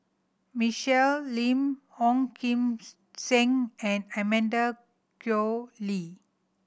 Michelle Lim Ong Kim Seng and Amanda Koe Lee